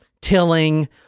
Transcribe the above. tilling